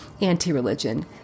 anti-religion